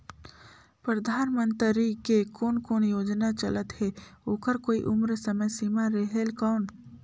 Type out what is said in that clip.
परधानमंतरी के कोन कोन योजना चलत हे ओकर कोई उम्र समय सीमा रेहेल कौन?